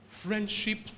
Friendship